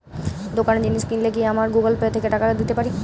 দোকানে জিনিস কিনলে কি আমার গুগল পে থেকে টাকা দিতে পারি?